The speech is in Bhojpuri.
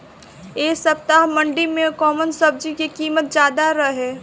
एह सप्ताह मंडी में कउन सब्जी के कीमत ज्यादा रहे?